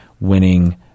winning